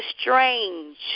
strange